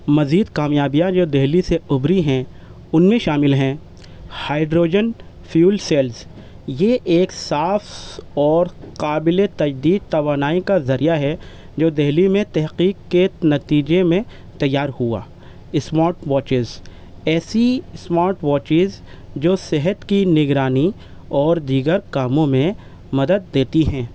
مزید کامیابیاں جو دہلی سے ابھری ہیں ان میں شامل ہیں ہائیڈروجن فیول سیلس یہ ایک صاف اور قابل تجدید توانائی کا ذریعہ ہے جو دہلی میں تحقیق کے ایک نتیجے میں تیار ہوا اسمارٹ واچز ایسی اسمارٹ واچز جو صحت کی نگرانی اور دیگر کاموں میں مدد دیتی ہیں